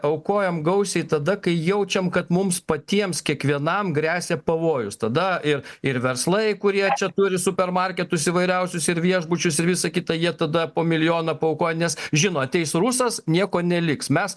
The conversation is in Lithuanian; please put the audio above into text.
aukojom gausiai tada kai jaučiam kad mums patiems kiekvienam gresia pavojus tada ir ir verslai kurie čia turi super marketus įvairiausius ir viešbučius ir visą kitą jie tada po milijoną paaukojo nes žino ateis rusas nieko neliks mes